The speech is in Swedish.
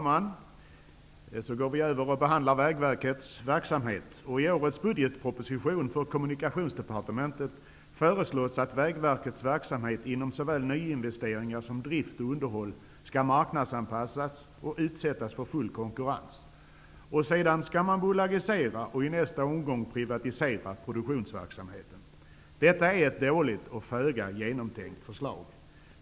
Herr talman! Så går vi då över till att behandla Därefter skall man bolagisera och, i nästa omgång, privatisera produktionsverksamheten. Detta är ett dåligt och föga genomtänkt förslag.